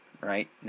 right